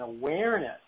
awareness